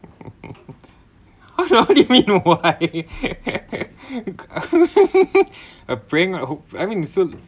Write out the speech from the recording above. why only me know why praying on hope I mean it so